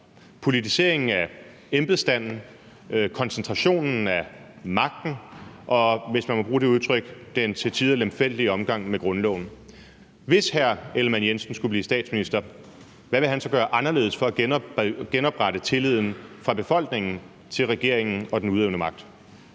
politiseringen af embedsstanden, koncentrationen af magten og – hvis man må bruge det udtryk – den til tider lemfældige omgang med grundloven. Hvis hr. Jakob Ellemann-Jensen skulle blive statsminister, hvad vil han så gøre anderledes for at genoprette tilliden i befolkningen til regeringen og den udøvende magt?